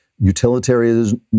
utilitarianism